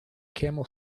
camel